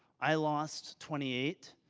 i lost twenty eight,